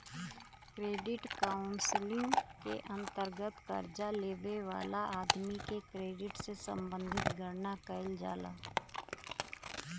credit counselling के अंतर्गत कर्जा लेबे वाला आदमी के क्रेडिट से संबंधित गणना कईल जाला